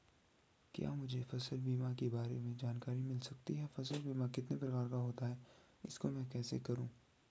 क्या मुझे फसल बीमा के बारे में जानकारी मिल सकती है फसल बीमा कितने प्रकार का होता है इसको मैं कैसे करूँ?